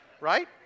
Right